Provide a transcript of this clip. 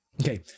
Okay